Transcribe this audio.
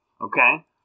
okay